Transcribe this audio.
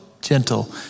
gentle